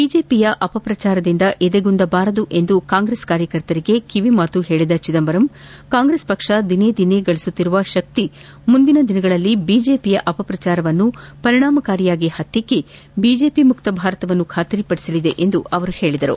ಬಿಜೆಪಿಯ ಅಪಪ್ರಚಾರದಿಂದ ಎದೆಗುಂದಬಾರದು ಎಂದು ಕಾಂಗ್ರೆಸ್ ಕಾರ್ಯಕರ್ತರಿಗೆ ಕಿವಿಮಾತು ಹೇಳಿದ ಚಿದಂಬರಂ ಕಾಂಗ್ರೆಸ್ ಪಕ್ಷ ದಿನೇ ದಿನೇ ಗಳಿಸುತ್ತಿರುವ ಶಕ್ತಿ ಮುಂದಿನ ದಿನಗಳಲ್ಲಿ ಬಿಜೆಪಿಯ ಅಪಪ್ರಚಾರವನ್ನು ಪರಿಣಾಮಕಾರಿಯಾಗಿ ಹತ್ತಿಕ್ಕೆ ಬಿಜೆಪಿ ಮುಕ್ತ ಭಾರತವನ್ನು ಖಾತರಿ ಪಡಿಸಲಿದೆ ಎಂದು ಅವರು ಹೇಳಿದರು